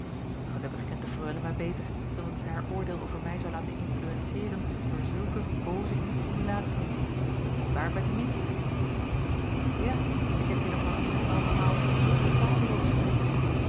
gelukkig kent de freule mij beter dan dat zij haar oordeel over mij zou laten influenceeren door zulke booze insimulatiën niet waar bettemie ja ik heb je nog wel een en andermaal gezonde taal hooren spreken